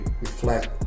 reflect